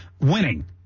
winning